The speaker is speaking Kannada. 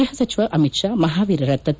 ಗ್ಬಹ ಸಚಿವ ಅಮಿತ್ ಶಾ ಮಹಾವೀರರ ತತ್ತ